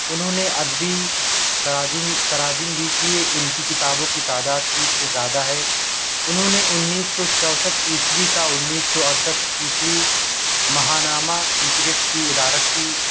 انہوں نے ادبی تراجم تراجم بھی کیے ان کی کتابوں کی تعداد تیس سے زیادہ ہے انہوں نے انیس سو چوسٹھ عیسوی تا انیس سو اڑسٹھ عیسوی ماہنامہ کی ادارت کی